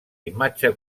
imatge